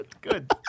good